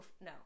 no